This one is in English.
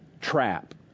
trap